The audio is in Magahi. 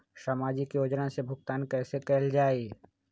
सामाजिक योजना से भुगतान कैसे कयल जाई?